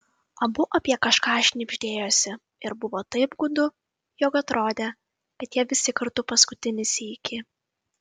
abu apie kažką šnibždėjosi ir buvo taip gūdu jog atrodė kad jie visi kartu paskutinį sykį